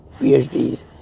PhDs